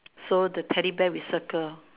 so the Teddy bear we circle